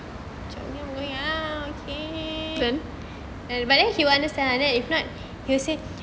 then